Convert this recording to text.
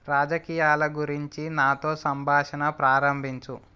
రాజకీయాల గురించి నాతో సంభాషణ ప్రారంభించు